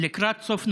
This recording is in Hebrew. לקראת סוף נובמבר,